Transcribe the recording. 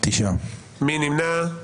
מי נמנע?